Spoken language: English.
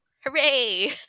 Hooray